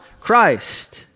Christ